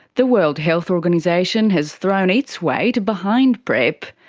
the world health organisation has thrown its weight behind prep.